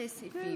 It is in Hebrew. תתי-סעיפים.